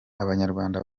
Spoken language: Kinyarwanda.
abanyarwanda